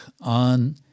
on